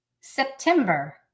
September